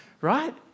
right